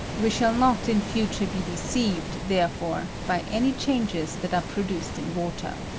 we shall not in future be deceived, therefore, by any changes that are produced in water.